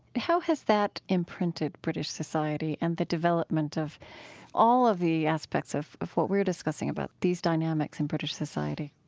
how has that imprinted british society and the development of all of the aspects of of what we're discussing, about these dynamics in british society?